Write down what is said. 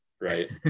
right